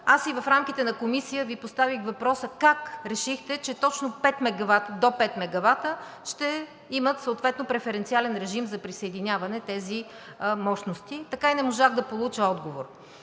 Аз и в рамките на Комисията Ви поставих въпроса как решихте, че точно до пет мегавата ще имат съответно преференциален режим за присъединяване на тези мощности? Така и не можах да получа отговор.